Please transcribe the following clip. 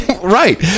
right